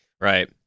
Right